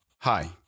Hi